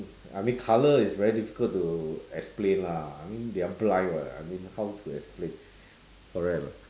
I mean colour is very difficult to explain lah I mean they are blind [what] I mean how to explain correct or not